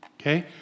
Okay